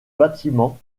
bâtiments